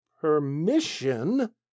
permission